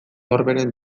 orberen